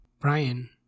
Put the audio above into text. Brian